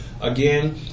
again